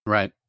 Right